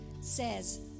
says